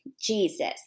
Jesus